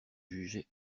jugeait